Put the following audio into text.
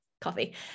coffee